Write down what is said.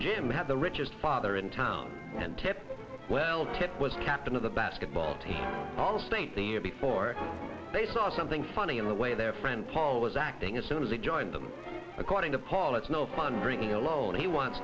jim had the richest father in town and kept well to was captain of the basketball team allstate the year before they saw something funny in the way their friend paul was acting as soon as he joined them according to paul it's no fun drinking alone he wants